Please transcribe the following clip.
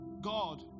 God